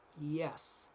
Yes